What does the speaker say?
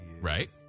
Right